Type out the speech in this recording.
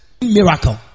miracle